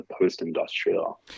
post-industrial